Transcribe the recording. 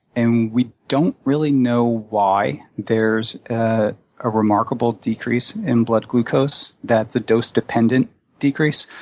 and we don't really know why there's ah a remarkable decrease in blood glucose that's a dose-dependent decrease.